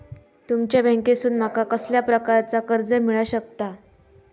तुमच्या बँकेसून माका कसल्या प्रकारचा कर्ज मिला शकता?